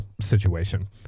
situation